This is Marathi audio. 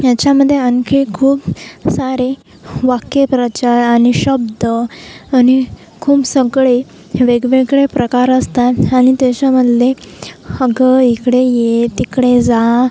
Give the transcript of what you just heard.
याच्यामध्ये आणखी खूप सारे वाक्यप्रचार आणि शब्द आणि खूप सगळे वेगवेगळे प्रकार असतात आणि त्याच्यामधले अगं इकडे ये तिकडे जा